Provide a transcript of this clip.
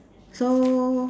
so